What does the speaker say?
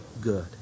good